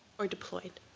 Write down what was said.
or deployed?